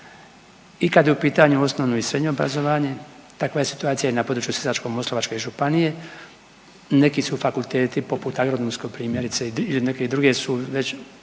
i kad je u pitanju osnovno i srednje obrazovanje. Takva je situacija i na području Sisačko-moslavačke županije. Neki su fakulteti poput agronomskog primjerice i neke druge su već